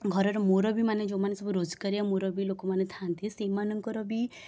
ଘରର ମୁରବି ମାନେ ଯେଉଁମାନେ ସବୁ ରୋଜଗାରିଆ ମୁରବି ଲୋକମାନେ ଥାଆନ୍ତି ସେମାନଙ୍କର ବି